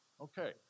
Okay